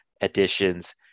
additions